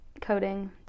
coding